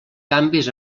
canvis